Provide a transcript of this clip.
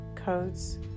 Codes